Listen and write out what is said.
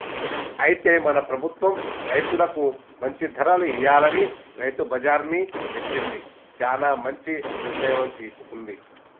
అయితే మన ప్రభుత్వం రైతులకు మంచి ధరలు ఇయ్యాలని రైతు బజార్ని పెట్టింది చానా మంచి నిర్ణయం తీసుకుంది